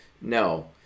No